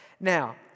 Now